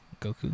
Goku